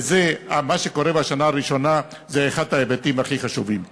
מה שקורה בשנה הראשונה זה אחד ההיבטים הכי חשובים.